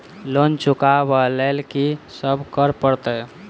Loan चुका ब लैल की सब करऽ पड़तै?